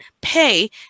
pay